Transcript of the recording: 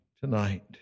tonight